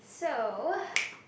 so